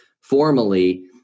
formally